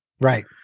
right